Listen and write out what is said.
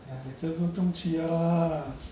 !aiya! interview 不用去的啦